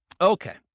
Okay